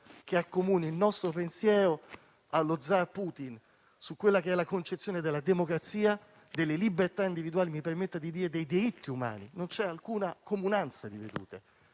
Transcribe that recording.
che accomuni il nostro pensiero a quello dello zar Putin sulla concezione della democrazia, delle libertà individuali e - mi permetta di dire - dei diritti umani; non c'è alcuna comunanza di vedute.